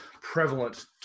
prevalent